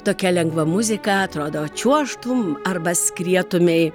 tokia lengva muzika atrodo čiuožtum arba skrietumei